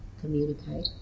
communicate